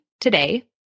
today